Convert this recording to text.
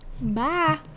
Bye